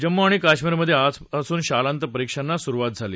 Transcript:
जम्मू आणि काश्मीरमध्ये आजपासून शालान्त परीक्षांना सुरुवात झाली